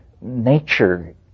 Nature